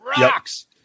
Rocks